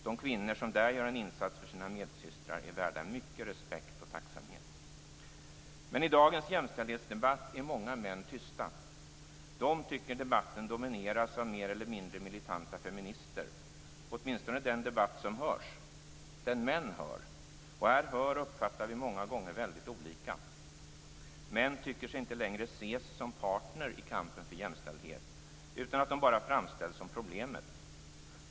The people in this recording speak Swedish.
De kvinnor som där gör en insats för sina medsystrar är värda mycket respekt och tacksamhet. Men i dagens jämställdhetsdebatt är många män tysta. De tycker debatten domineras av mer eller mindre militanta feminister, åtminstone den debatt som hörs - den som män hör. Och här hör och uppfattar vi många gånger väldigt olika. Män tycker sig inte längre ses som partner i kampen för jämställdhet, utan att de bara framställs som problemet.